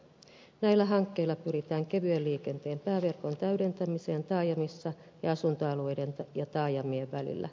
näillä hankkeilla pyritään kevyen liikenteen pääverkon täydentämiseen taajamissa ja asuntoalueiden ja taajamien välillä